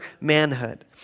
manhood